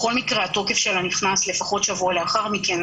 בכל מקרה התוקף שלה נכנס לפחות שבוע לאחר מכן.